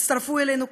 הצטרפו אלינו כאן,